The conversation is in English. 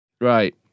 Right